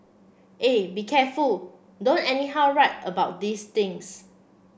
eh be careful don't anyhow write about these things